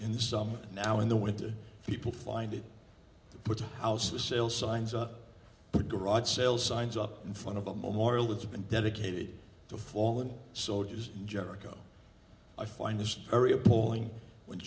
in the summer now in the winter people find it puts a house for sale signs up garage sale signs up in front of a memorial that's been dedicated to fallen soldiers in jericho i find this very appalling wh